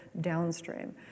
downstream